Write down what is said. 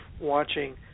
watching